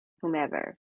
whomever